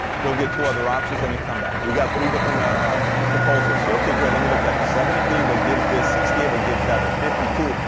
go get two other options and then come back. we got three different ah proposals here. okay, great. let me look at them. seventy three but gives this, sixty eight but gives that, but fifty two,